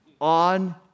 on